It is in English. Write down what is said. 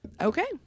Okay